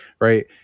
right